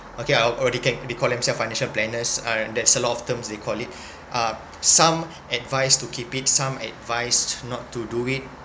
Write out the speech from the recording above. okay I'll or they can they call themselves financial planners uh there's a lot of terms they call it uh some advise to keep it some advised not to do it